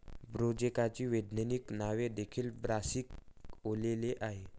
ब्रोकोलीचे वैज्ञानिक नाव देखील ब्रासिका ओलेरा आहे